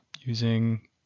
using